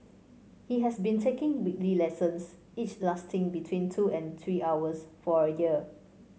he has been taking weekly lessons each lasting between two and three hours for a year